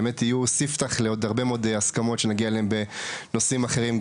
באמת יהיו ספתח לעוד הרבה מאוד הסכמות שנגיע אליהם בנושאים אחרים,